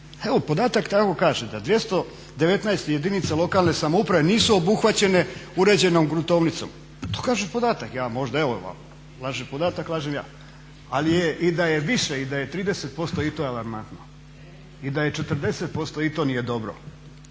evo podatak tako kaže da 219 jedinica lokalne samouprave nisu obuhvaćene uređenom gruntovnicom. To kaže podatak, ja možda, evo, laže podatak, lažem ja. Ali je i da je više i da je 30% i to je alarmantno. I da je 40% i to nije dobro